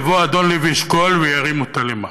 יבוא אדון לוי אשכול וירים אותה למעלה.